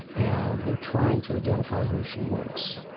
and we're trying to identify who she was.